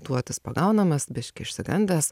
duotis pagaunamas biškį išsigandęs